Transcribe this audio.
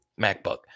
MacBook